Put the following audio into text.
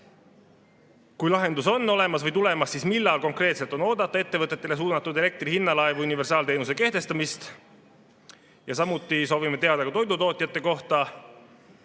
Kui lahendus on olemas või tulemas, siis millal konkreetselt on oodata ettevõtetele suunatud elektrihinnalae või universaalteenuse kehtestamist? Samuti soovime teada ka toidutootjate kohta: